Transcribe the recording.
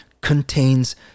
contains